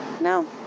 No